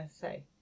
say